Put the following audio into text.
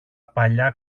παλιά